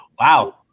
wow